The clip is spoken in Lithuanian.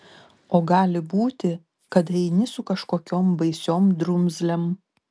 o gali būti kad eini su kažkokiom baisiom drumzlėm